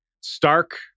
Stark